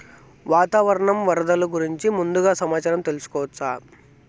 వాతావరణం వరదలు గురించి ముందుగా సమాచారం తెలుసుకోవచ్చా?